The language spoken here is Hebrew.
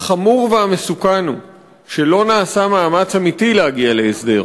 החמור והמסוכן הוא שלא נעשה מאמץ אמיתי להגיע להסדר.